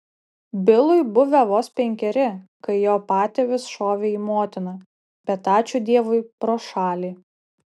bilui buvę vos penkeri kai jo patėvis šovė į motiną bet ačiū dievui pro šalį